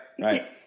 right